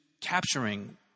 capturing